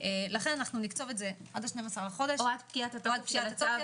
לכן נקצוב את זה עד 12 בחודש או עד פקיעת התוקף של הצו,